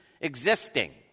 existing